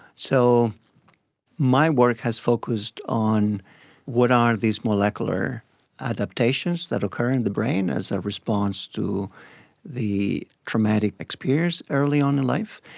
so my work has focused on what are these molecular adaptations that occur in the brain as a response to the traumatic experience early on in life,